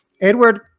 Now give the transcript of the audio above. Edward